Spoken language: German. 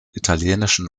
italienischen